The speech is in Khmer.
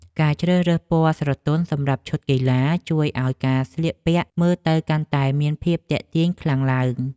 ការជ្រើសរើសពណ៌ស្រទន់សម្រាប់ឈុតកីឡា ជួយឱ្យការស្លៀកពាក់មើលទៅកាន់តែមានភាពទាក់ទាញខ្លាំងឡើង។